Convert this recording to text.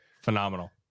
phenomenal